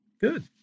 Good